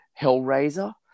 Hellraiser